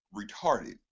retarded